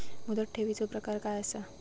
मुदत ठेवीचो प्रकार काय असा?